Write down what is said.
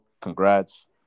congrats